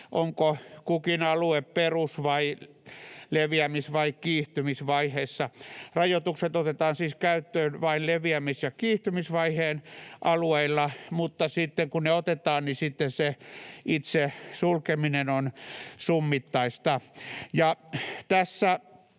onko kukin alue perus- vai leviämis- vai kiihtymisvaiheessa. Rajoitukset otetaan siis käyttöön vain leviämis- ja kiihtymisvaiheen alueilla, mutta sitten, kun ne otetaan, niin sitten se itse sulkeminen on summittaista.